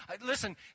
Listen